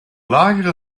lagere